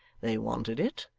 they wanted it,